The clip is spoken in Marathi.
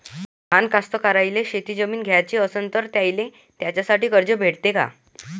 लहान कास्तकाराइले शेतजमीन घ्याची असन तर त्याईले त्यासाठी कर्ज भेटते का?